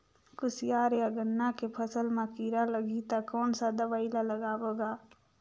कोशियार या गन्ना के फसल मा कीरा लगही ता कौन सा दवाई ला लगाबो गा?